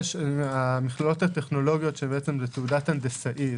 המכללות הטכנולוגיות זה תעודת הנדסאי,